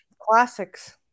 classics